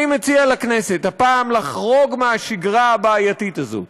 אני מציע לכנסת הפעם לחרוג מהשגרה הבעייתית הזאת,